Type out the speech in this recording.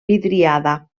vidriada